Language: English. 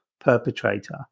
perpetrator